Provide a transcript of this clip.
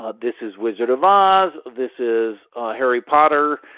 ah this is wizard of oz. this is harry potter.